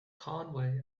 conway